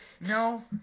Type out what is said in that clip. No